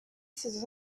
ses